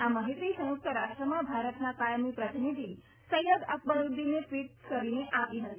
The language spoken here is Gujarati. આ માહિતી સંયુક્ત રાષ્ટ્રમાં ભારતના કાયમી પ્રતિનિધિ સૈયદ અકબરુદ્દીને ટ્રવીટ કરીને આપી હતી